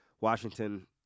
Washington